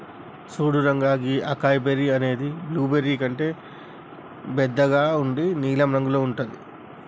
సూడు రంగా గీ అకాయ్ బెర్రీ అనేది బ్లూబెర్రీ కంటే బెద్దగా ఉండి నీలం రంగులో ఉంటుంది